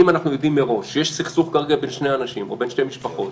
אם אנחנו יודעים מראש שיש סכסוך כרגע בין שני אנשים או בין שתי משפחות